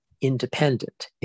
independent